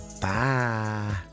Bye